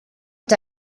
est